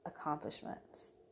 accomplishments